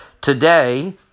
Today